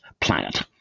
planet